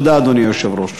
תודה, אדוני היושב-ראש.